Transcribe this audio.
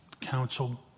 council